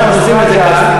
כשאנחנו עושים את זה כאן,